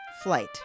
flight